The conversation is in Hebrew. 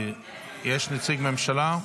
יש נציג ממשלה?